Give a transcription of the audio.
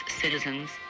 citizens